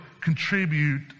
contribute